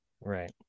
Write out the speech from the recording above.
Right